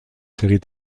séries